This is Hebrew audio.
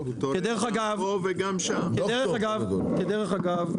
דרך אגב,